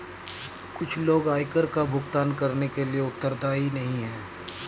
कुछ लोग आयकर का भुगतान करने के लिए उत्तरदायी नहीं हैं